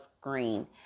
green